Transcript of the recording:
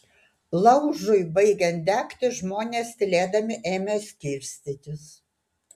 laužui baigiant degti žmonės tylėdami ėmė skirstytis